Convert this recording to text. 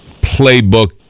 playbook